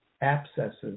abscesses